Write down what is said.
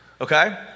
Okay